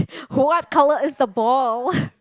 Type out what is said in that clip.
what colour is the ball